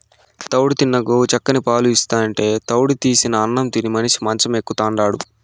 తౌడు తిన్న గోవు చిక్కని పాలు ఇస్తాంటే తౌడు తీసిన అన్నం తిని మనిషి మంచం ఎక్కుతాండాడు